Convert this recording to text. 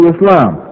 Islam